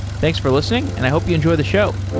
thanks for listening, and i hope you enjoy the show.